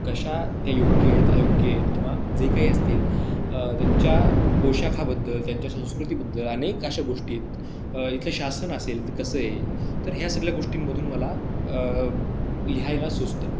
कशा त्या योग्य आहेत अयोग्य आहेत किंवा जे काही असतील त्यांच्या पोशाखाबद्दल त्यांच्या संस्कृतीबद्दल अनेक अशा गोष्टी आहेत इथलं शासन असेल तर कसं आहे तर ह्या सगळ्या गोष्टींमधून मला लिहायला सुचतं